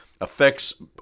affects